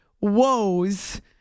woes